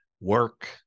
work